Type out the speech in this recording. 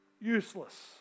useless